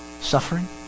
suffering